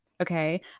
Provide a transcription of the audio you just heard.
okay